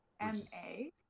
M-A